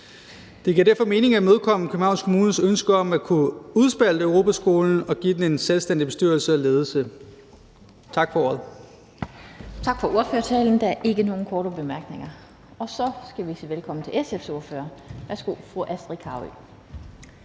Det giver derfor mening at imødekomme Københavns Kommunes ønske om at kunne udspalte Europaskolen og give den en selvstændig bestyrelse og ledelse. Tak for ordet. Kl. 15:11 Den fg. formand (Annette Lind): Tak for ordførertalen. Der er ikke nogen korte bemærkninger. Så skal vi sige velkommen til SF's ordfører. Værsgo, fru Astrid Carøe.